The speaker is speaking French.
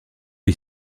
est